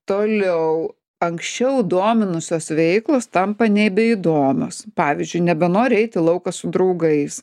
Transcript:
toliau anksčiau dominusios veiklos tampa nebeįdomios pavyzdžiui nebenori eit į lauką su draugais